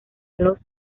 los